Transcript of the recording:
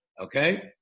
Okay